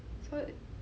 so